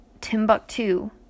Timbuktu